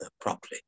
properly